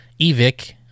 EVIC